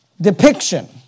depiction